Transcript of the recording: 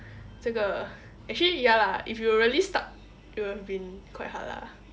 这个 actually ya lah if you really stuck it would have been quite hard lah